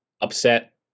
upset